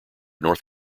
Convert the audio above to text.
north